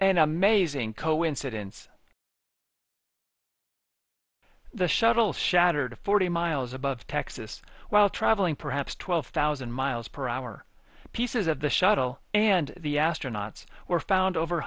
an amazing coincidence the shuttle shattered to forty miles above texas while traveling perhaps twelve thousand miles per hour pieces of the shuttle and the astronauts were found over